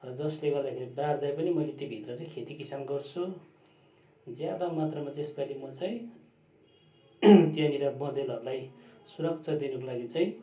जसले गर्दाखेरि बारिदिएँ पनि मैले त्योभित्र चाहिँ खेती किसान गर्छु ज्यादा मात्रामा चाहिँ यस पालि म चाहिँ त्यहाँनिर बँदेलहरूलाई सुरक्षा दिनको लागि चाहिँ